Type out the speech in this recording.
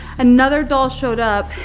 another doll showed up,